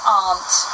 aunt